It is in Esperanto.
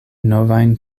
novajn